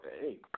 hey